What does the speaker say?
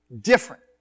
Different